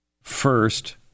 first